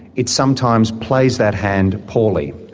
it sometimes plays that hand poorly.